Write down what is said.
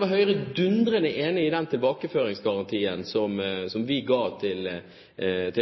var Høyre dundrende enig i den tilbakeføringsgarantien som vi ga til